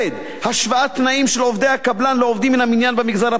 השוואת תנאים של עובדי הקבלן לעובדים מן המניין במגזר הפרטי.